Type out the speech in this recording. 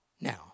now